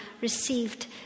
received